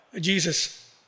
Jesus